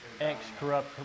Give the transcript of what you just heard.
ex-corrupt